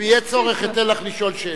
אם יהיה צורך, אתן לך לשאול שאלה.